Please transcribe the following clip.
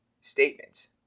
statements